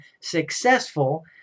successful